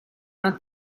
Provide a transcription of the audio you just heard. una